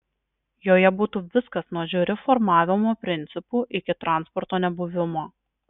joje būtų viskas nuo žiuri formavimo principų iki transporto nebuvimo